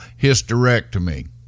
hysterectomy